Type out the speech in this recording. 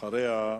אחריה,